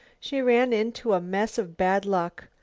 she ran into a mess of bad luck.